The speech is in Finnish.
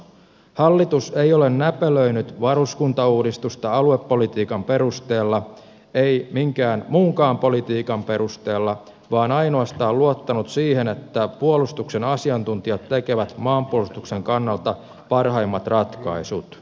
hallitus ei ole näpelöinyt varuskuntauudistusta aluepolitiikan perusteella ei minkään muunkaan politiikan perusteella vaan ainoastaan luottanut siihen että puolustuksen asiantuntijat tekevät maanpuolustuksen kannalta parhaimmat ratkaisut